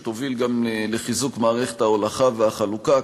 שתוביל גם לחיזוק מערכת ההולכה והחלוקה,